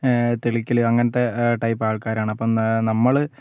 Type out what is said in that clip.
തെളിക്കല് അങ്ങനത്തെ ടൈപ്പ് ആൾക്കാരാണ് അപ്പം നമ്മള്